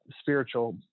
spiritual